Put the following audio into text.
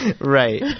right